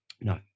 no